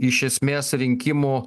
iš esmės rinkimų